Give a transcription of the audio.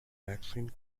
magazine